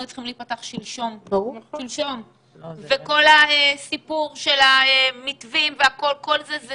צריכים להיפתח שלשום וכל הסיפור של המתווים וכל זה אלה